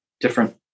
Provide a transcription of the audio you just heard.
different